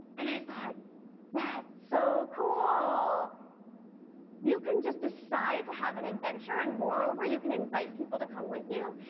and i thought that's so cool you can just decide to have an adventure and moreover you can invite people to come with you?